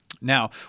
Now